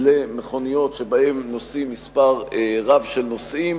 למכוניות שבהן מספר רב של נוסעים,